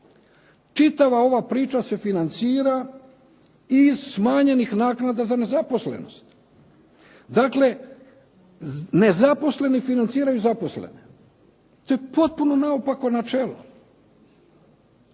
Čitava ova priča se financira iz smanjenih naknada za nezaposlenost. Dakle nezaposleni financiraju zaposlene. To je potpuno naopako načelo.